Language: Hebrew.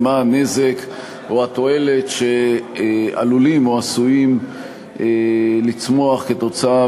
ומה הנזק או התועלת שעלולים או עשויים לצמוח כתוצאה